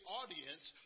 audience